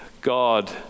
God